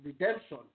redemption